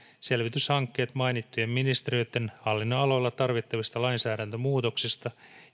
selvityshankkeet mainittujen ministeriöitten hallinnonaloilla tarvittavista lainsäädäntömuutoksista